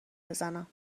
بزنم